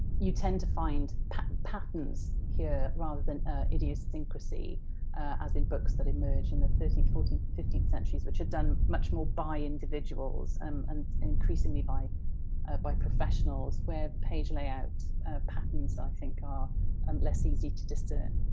you tend to find patterns patterns here rather than idiosyncrasy as in books that emerge in the thirteenth, fourteenth, and fifteenth centuries, which are done much more by individuals um and increasingly by ah by professionals where the page layout patterns, i think, are um less easy to discern.